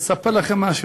אני אספר לכם משהו.